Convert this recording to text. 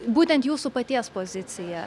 būtent jūsų paties pozicija